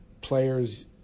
players